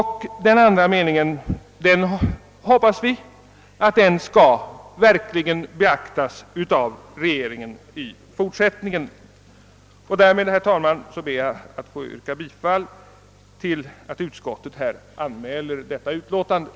Den andra meningen hoppas vi verkligen skall beaktas av regeringen i fortsättningen. Därmed hemställer jag, herr talman, att memorialet lägges till handlingarna.